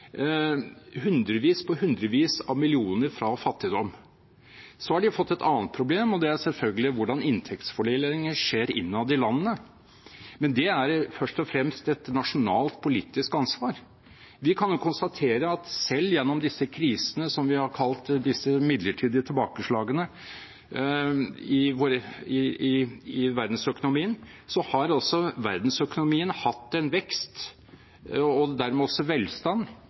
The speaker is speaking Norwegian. hundrevis på hundrevis av millioner fra fattigdom. Så har de fått et annet problem, og det er selvfølgelig hvordan inntektsfordelingen skjer innad i landet, men det er først og fremst et nasjonalt politisk ansvar. Vi kan konstatere at selv gjennom disse krisene som vi har kalt disse midlertidige tilbakeslagene i verdensøkonomien, har verdensøkonomien hatt en vekst og dermed også